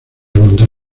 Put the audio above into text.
donde